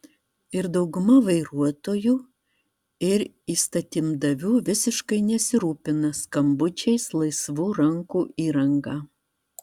ir dauguma vairuotojų ir įstatymdavių visiškai nesirūpina skambučiais laisvų rankų įranga